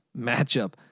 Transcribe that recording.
matchup